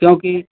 क्योंकि